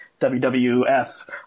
WWF